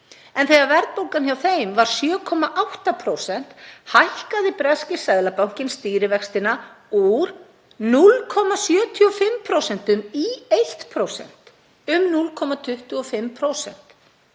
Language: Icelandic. En þegar verðbólgan hjá þeim var 7,8% hækkaði breski seðlabankinn stýrivextina úr 0,75% í 1%, um 0,25